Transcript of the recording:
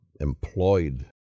employed